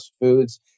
Foods